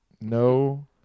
No